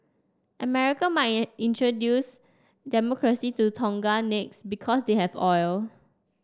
America might in introduce Democracy to Tonga next because they have oil